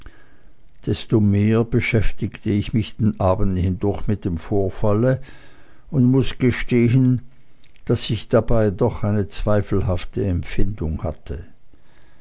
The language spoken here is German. desto mehr beschäftigte ich mich den abend hindurch mit dem vorfalle und muß gestehen daß ich dabei doch eine zweifelhafte empfindung hatte